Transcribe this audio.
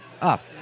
up